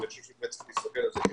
אבל אני חושב שצריך להסתכל ---,